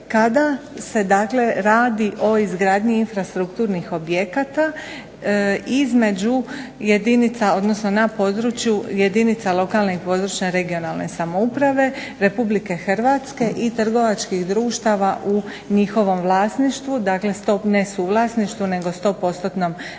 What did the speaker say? kada se radi o izgradnji infrastrukturnih objekata između jedinica odnosno na području jedinica lokalne i područne (regionalne) samouprave Republike Hrvatske i trgovačkih društava u njihovom vlasništvu, dakle ne suvlasništvu nego 100%-tnom